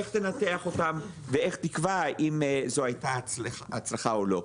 איך תנתח אותם ואיך תקבע אם זו הייתה הצלחה או לא.